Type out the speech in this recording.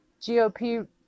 GOP